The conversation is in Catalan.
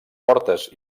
fortes